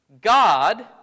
God